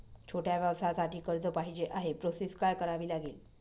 छोट्या व्यवसायासाठी कर्ज पाहिजे आहे प्रोसेस काय करावी लागेल?